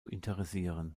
interessieren